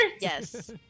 Yes